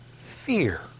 Fear